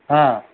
ହଁ